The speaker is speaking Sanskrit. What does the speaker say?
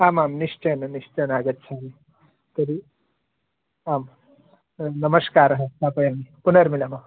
आम् आं निश्चयेन निश्चयेन आगच्छामि तर्हि आं न् नमस्कारः स्थापयामि पुनर्मिलामः